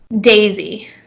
Daisy